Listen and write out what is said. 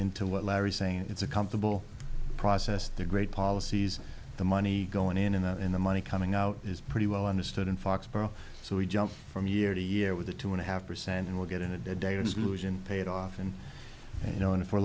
into what larry saying it's a comfortable process they're great policies the money going in and out in the money coming out is pretty well understood in foxborough so we jump from year to year with a two and a half percent and we'll get in a day or solution pay it off and you know and if we're